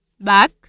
back